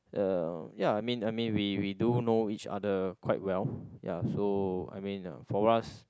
uh ya I mean I mean we we do know each other quite well ya so I mean uh for us